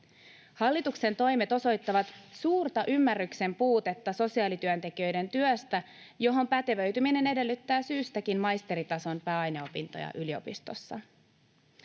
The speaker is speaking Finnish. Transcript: Hallituksen toimet osoittavat suurta ymmärryksen puutetta sosiaalityöntekijöiden työstä, johon pätevöityminen edellyttää syystäkin maisteritason pääaineopintoja yliopistossa.